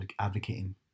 advocating